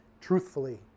Truthfully